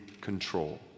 control